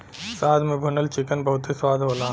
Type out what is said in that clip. शहद में भुनल चिकन बहुते स्वाद होला